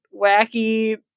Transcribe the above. wacky